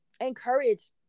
encourage